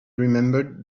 remembered